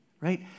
right